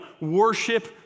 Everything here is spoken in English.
worship